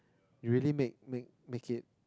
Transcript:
you really make make make it